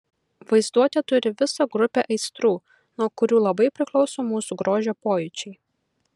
vaizduotė turi visą grupę aistrų nuo kurių labai priklauso mūsų grožio pojūčiai